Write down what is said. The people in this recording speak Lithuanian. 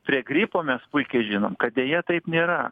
prie gripo mes puikiai žinom kad deja taip nėra